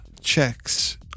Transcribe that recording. checks